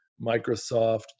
Microsoft